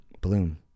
Bloom